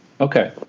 Okay